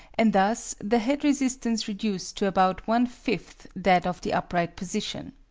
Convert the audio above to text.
and thus the head resistance reduced to about one-fifth that of the upright position.